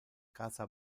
casa